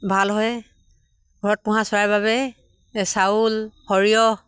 ভাল হয় ঘৰত পোহা চৰাইৰ বাবে চাউল সৰিয়হ